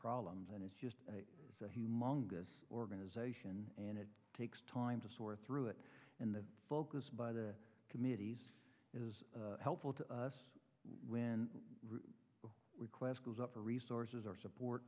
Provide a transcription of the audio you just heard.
problems and it's just it's a humongous organization and it takes time to sort through it and the focus by the committees is helpful to us when we quest goes up for resources or support